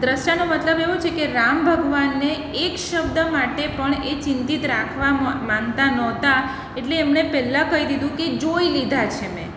દ્રષ્ટાનો મતલબ એવો છે કે રામ ભગવાનને એક શબ્દ માટે પણ એ ચિંતિત રાખવા માટે માંગતા ન હતા એટલે એમને પહેલાં કહી દીધું કે જોઈ લીધા છે મેં